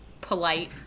polite